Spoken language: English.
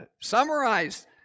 summarized